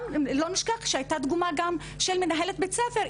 גם לא נשכח שהייתה דוגמה של מנהלת בית ספר,